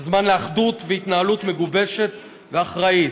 זה זמן לאחדות ולהתנהלות מגובשת ואחראית.